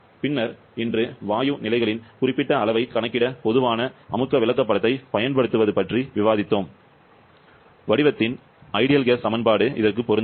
பின்னர் இன்று வாயு நிலைகளின் குறிப்பிட்ட அளவைக் கணக்கிட பொதுவான அமுக்க விளக்கப்படத்தைப் பயன்படுத்துவது பற்றி விவாதித்தோம் வடிவத்தின் சிறந்த வாயு சமன்பாடு பொருந்தாது